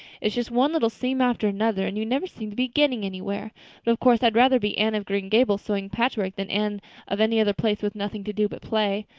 it's just one little seam after another and you never seem to be getting anywhere. but of course i'd rather be anne of green gables sewing patchwork than anne of any other place with nothing to do but play.